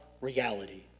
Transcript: reality